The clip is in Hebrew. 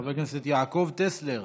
חבר הכנסת יעקב טסלר?